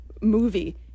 movie